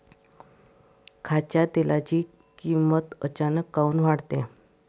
खाच्या तेलाची किमत अचानक काऊन वाढते?